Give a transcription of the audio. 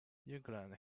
england